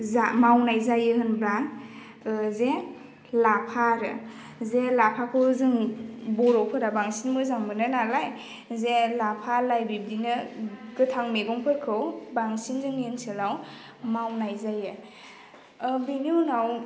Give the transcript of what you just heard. जा मावनाय जायो होनबा जे लाफा आरो जे लाफाखौ जों बर'फोरा बांसिन मोजां मोनो नालाय जे लाफा लाइ बिब्दिनो गोथां मेगंफोरखौ बांसिन जोंनि ओनसोलाव मावनाय जायो बेनि उनाव